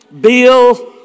Bill